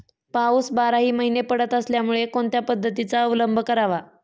पाऊस बाराही महिने पडत असल्यामुळे कोणत्या पद्धतीचा अवलंब करावा?